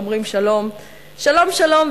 אומרים 'שלום'./ שלום שלום,